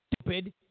stupid